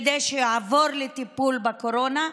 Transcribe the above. כדי שהוא יעבור לטיפול בקורונה.